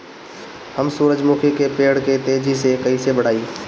हम सुरुजमुखी के पेड़ के तेजी से कईसे बढ़ाई?